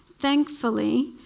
Thankfully